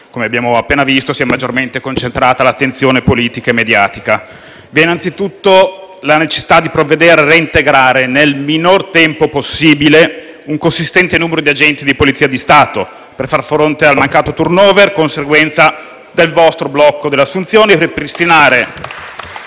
come abbiamo appena visto, si è maggiormente concentrata l'attenzione politica e mediatica. Vi è innanzitutto la necessità di provvedere a reintegrare, nel minor tempo possibile, un consistente numero di agenti di Polizia di Stato per far fronte al mancato *turnover*, conseguenza del vostro blocco delle assunzioni *(Applausi